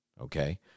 Okay